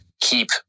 keep